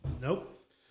Nope